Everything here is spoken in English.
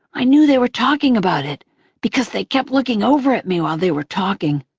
i knew they were talking about it because they kept looking over at me while they were talking.